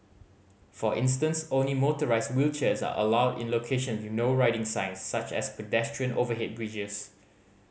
for instance only motorised wheelchairs are allowed in locations with No Riding signs such as pedestrian overhead bridges